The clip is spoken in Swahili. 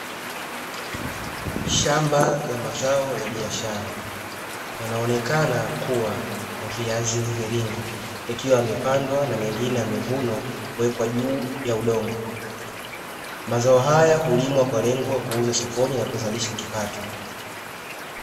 Shamba la mazao ya biashara yanaonekana kuwa viazi mviringo, yakiwa yamepandwa na mengine yamevunwa kuwekwa juu ya udongo. Mazao haya hulimwa kwa lengo la kuuza sokoni na kuzalisha kipato.